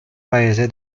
paese